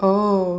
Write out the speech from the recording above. oh